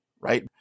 right